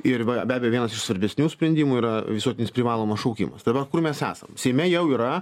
ir va be abejo vienas iš svarbesnių sprendimų yra visuotinis privalomas šaukimas tai va kur mes esam seime jau yra